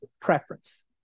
preference